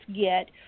get